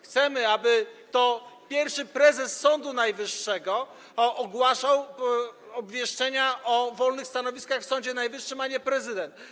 Chcemy, aby to pierwszy prezes Sądu Najwyższego ogłaszał obwieszczenia o wolnych stanowiskach w Sądzie Najwyższym, a nie prezydent.